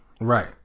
Right